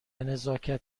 نزاکت